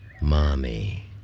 Mommy